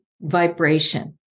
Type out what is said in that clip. vibration